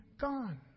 gone